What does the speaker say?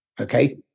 Okay